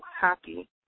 happy